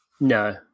No